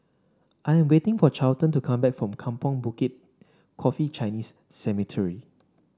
I am waiting for Charlton to come back from Kampong Bukit Coffee Chinese Cemetery